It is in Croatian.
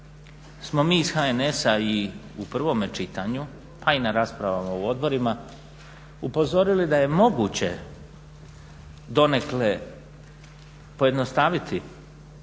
smo mi iz HNS-a i u prvome čitanju pa i na raspravama u odborima upozorili da je moguće donekle pojednostaviti